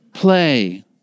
Play